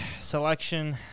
selection